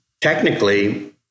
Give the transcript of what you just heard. technically